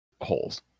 holes